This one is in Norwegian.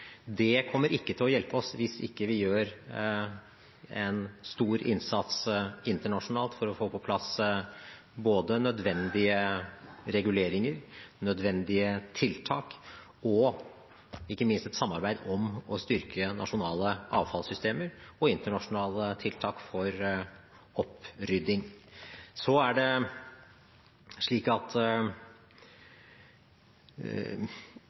Det kommer ikke til å hjelpe oss hvis vi ikke gjør en stor innsats internasjonalt for å få på plass både nødvendige reguleringer, nødvendige tiltak og ikke minst et samarbeid om å styrke nasjonale avfallssystemer og internasjonale tiltak for opprydding. Det å finne alternativer til plast er